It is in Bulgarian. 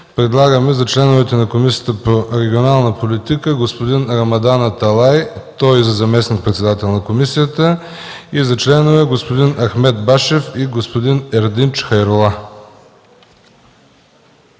предлагаме за членове на Комисията по регионална политика и местно самоуправление господин Рамадан Аталай – той и за заместник-председател на комисията, и за членове господин Ахмед Башев и господин Ердинч Хайрула.